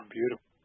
beautiful